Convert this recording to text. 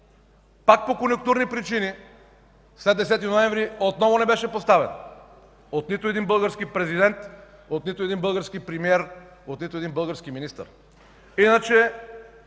Пак по конюнктурни причини след 10 ноември отново не беше поставен от нито един български президент, от нито един български премиер, от нито един български министър.